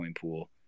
pool